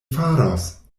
faros